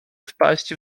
wpaść